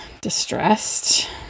distressed